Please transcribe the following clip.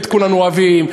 כולנו אוהבים,